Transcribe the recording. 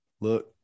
Look